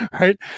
Right